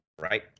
right